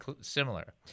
similar